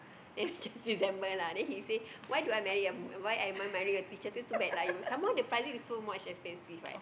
then just December lah then he say why do I marry a why I even marry a teacher say too bad lah some more the pricing is so much expensive right